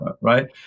right